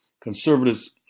Conservatives